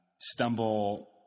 stumble